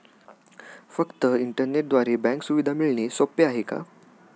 फक्त इंटरनेटद्वारे बँक सुविधा मिळणे सोपे आहे का?